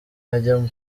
ajya